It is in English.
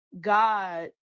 God